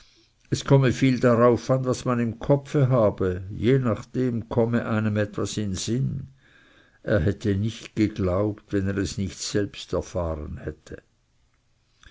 es komme viel darauf an was man im kopf habe je nachdem komme einem etwas in sinn er hätte es nicht geglaubt wenn er es nicht selbst erfahren hätte